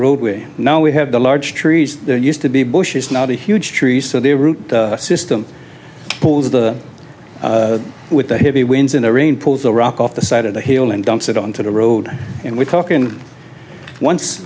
roadway now we have the large trees there used to be bush is not a huge tree so the root system pulls the with the heavy winds in the rain pulls the rock off the side of the hill and dumps it onto the road and we're talking once